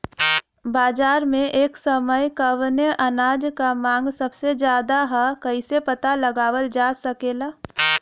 बाजार में एक समय कवने अनाज क मांग सबसे ज्यादा ह कइसे पता लगावल जा सकेला?